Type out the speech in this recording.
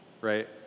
right